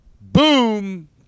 Boom